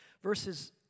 verses